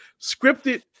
scripted